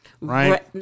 right